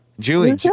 Julie